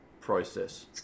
process